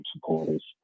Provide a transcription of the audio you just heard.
supporters